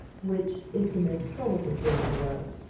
which is the most probable thing in the world,